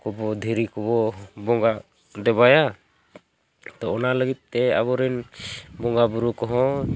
ᱠᱚᱵᱚᱱ ᱫᱷᱤᱨᱤ ᱠᱚᱵᱚᱱ ᱵᱚᱸᱜᱟ ᱫᱮᱵᱟᱭᱟ ᱛᱚ ᱚᱱᱟ ᱞᱟᱹᱜᱤᱫᱼᱛᱮ ᱟᱵᱚᱨᱮᱱ ᱵᱚᱸᱜᱟ ᱵᱩᱨᱩ ᱠᱚᱦᱚᱸ